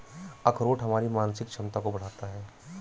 अखरोट हमारी मानसिक क्षमता को बढ़ाता है